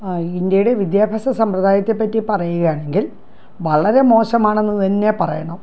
ഇന്ത്യയുടെ വിദ്യാഭ്യാസ സമ്പ്രദായത്തെപ്പറ്റി പറയുകയാണെങ്കിൽ വളരെ മോശമാണെന്ന് തന്നെ പറയണം